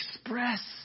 express